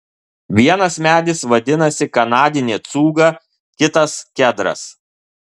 vienas medis vadinasi kanadinė cūga kitas kedras